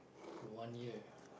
one year